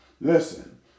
Listen